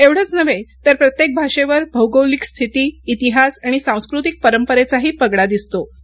एवढंच नव्हे तर प्रत्येक भाषेवर भौगोलिक स्थिती इतिहास आणि सांस्कृतिक परंपरेचाही पगडा दिसतों